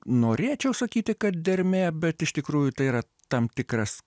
norėčiau sakyti kad dermė bet iš tikrųjų tai yra tam tikras